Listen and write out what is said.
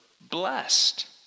blessed